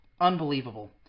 Unbelievable